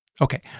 Okay